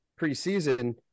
preseason